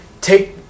Take